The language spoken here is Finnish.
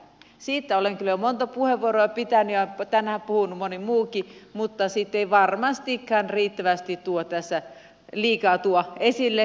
siitä olen kyllä monta puheenvuoroa pitänyt ja on tänään puhunut moni muukin mutta varmastikaan tätä asiaa ei liikaa tuoda tässä esille